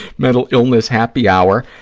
mental illness happy hour.